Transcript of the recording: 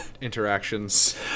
interactions